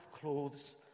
clothes